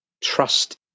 trust